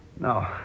No